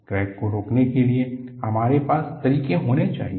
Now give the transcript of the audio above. crack को रोकने के लिए हमारे पास तरीके होने चाहिए